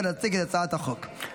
להציג את הצעת החוק.